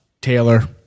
Taylor